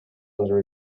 under